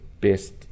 best